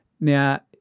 Now